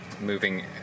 moving